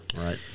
right